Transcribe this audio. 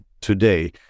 today